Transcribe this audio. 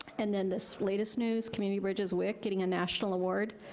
and then this latest news community bridges wic getting a national award,